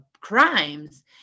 crimes